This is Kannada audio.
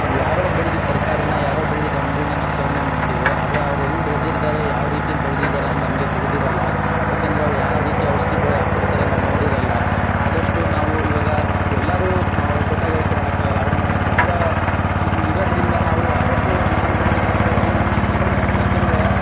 ಯಾರೋ ಬೆಳೆದಿದ್ದು ತರಕಾರಿನ ಯಾರೋ ಬೆಳೆದಿದ್ದು ಹಣ್ಣುಗಳ್ನ ನಾವು ಸೇವನೆ ಮಾಡ್ತೀವಿ ಆದರೆ ಅವರು ಹೆಂಗೆ ಬೆಳೆದಿರ್ತಾರೆ ಯಾವ ರೀತಿಯಲ್ಲಿ ಬೆಳೆದಿದ್ದಾರೆ ನಮಗೆ ತಿಳಿದಿರಲ್ಲ ಏಕೆಂದ್ರೆ ಅವರು ಯಾವ ರೀತಿ ಔಷಧಿ ಬೆ ಹಾಕಿರ್ತಾರೆ ನಾವು ನೋಡಿರಲ್ಲ ಆದಷ್ಟು ನಾವು ಇವಾಗ ಎಲ್ಲರೂ ಅವರು ತೋಟಗಾರಿಕೆ ಮಾಡೋಕ್ಕೆ ಆಗಲ್ಲ ಆದರೆ ನಮಗೆ ಜಾಗ ಸಿಗ್ ಇರೋದರಿಂದ ನಾವು ಅದಷ್ಟು ನಾನು ಬೆಳೆದಿರೋ ತರಕಾರಿನ ನಾನು ತಿಂತೀನಿ ಏಕೆಂದ್ರೆ